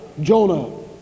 Jonah